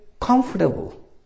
comfortable